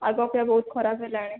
ଆଗ ଅପେକ୍ଷା ବହୁତ ଖରାପ ହେଲାଣି